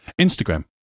Instagram